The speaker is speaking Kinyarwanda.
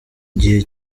gihe